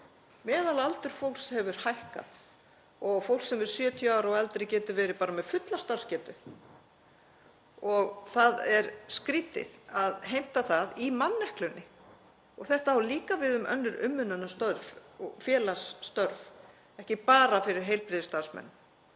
Meðalaldur fólks hefur hækkað og fólk sem er 70 ára og eldra getur verið með fulla starfsgetu. Það er skrýtið að heimta það í manneklunni, og þetta á líka við um önnur umönnunar- og félagsstörf, ekki bara fyrir heilbrigðisstarfsmenn,